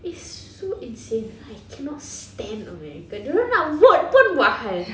it's so insane I cannot stand away you can do you know what what higher speed said I cannot sit cross country and no lah I mean